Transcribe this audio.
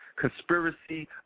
Conspiracy